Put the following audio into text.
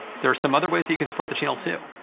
there are some other ways you can support the channel too.